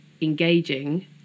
engaging